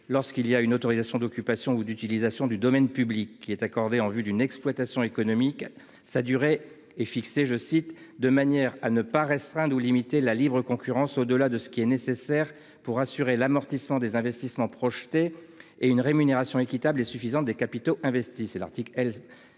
Lorsqu'une autorisation d'occupation ou d'utilisation du domaine public est accordée en vue d'une exploitation économique, sa durée est fixée « de manière à ne pas restreindre ou limiter la libre concurrence au-delà de ce qui est nécessaire pour assurer l'amortissement des investissements projetés et une rémunération équitable et suffisante des capitaux investis »,